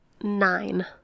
Nine